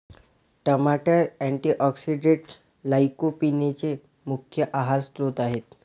टमाटर अँटीऑक्सिडेंट्स लाइकोपीनचे मुख्य आहार स्त्रोत आहेत